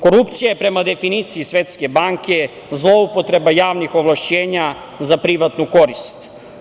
Korupcija je prema definiciji Svetske banke zloupotreba javnih ovlašćenja za privatnu korist.